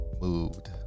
Moved